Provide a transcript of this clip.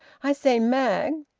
i say, mag!